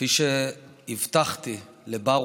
כפי שהבטחתי לברוך,